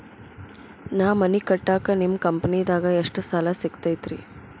ನಾ ಮನಿ ಕಟ್ಟಾಕ ನಿಮ್ಮ ಕಂಪನಿದಾಗ ಎಷ್ಟ ಸಾಲ ಸಿಗತೈತ್ರಿ?